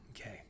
Okay